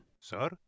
Sir